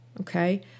Okay